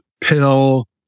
pill